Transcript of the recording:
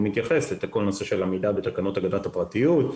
מתייחס לעמידה בתקנות הגנת הפרטיות.